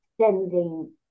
sending